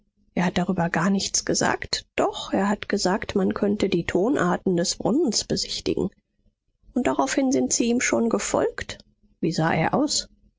er hat darüber gar nichts gesagt doch er hat gesagt man könnte die tonarten des brunnens besichtigen und daraufhin sind sie ihm schon gefolgt wie sah er aus